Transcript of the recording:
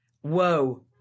whoa